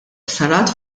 ħsarat